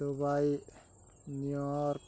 Dubai New York